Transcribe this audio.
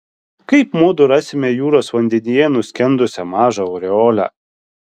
kaip mudu rasime jūros vandenyje nuskendusią mažą aureolę